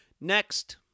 Next